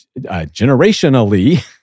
generationally